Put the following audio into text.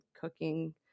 cooking